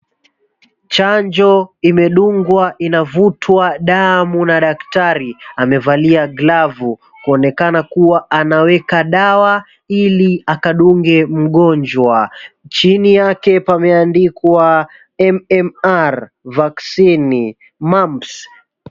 Chanjo imedungwa, inavutwa damu na daktari amevalia glavu kuonekana kua anaweka dawa ili akadunge mgonjwa. Chini yake pameandikwa MMR VACCINE MUMPS.